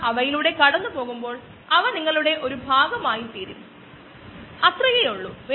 അതോടൊപ്പം ഫോർമാൽഡിഹൈഡിന്റെയും യഥാർത്ഥത്തിൽ ഫോർമാൽഡിഹൈഡ് ആണ് നീരാവി ആയി പുറത്തു വരുന്നത് അത് വായുവിൽ ഉള്ള എല്ലാ കോശങ്ങളെയും കൊള്ളുന്നു